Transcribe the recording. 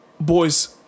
boys